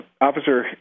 Officer